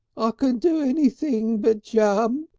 ah can do anything but jump.